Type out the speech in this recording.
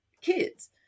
kids